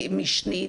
משנית,